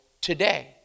today